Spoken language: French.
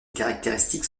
caractéristiques